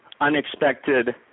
unexpected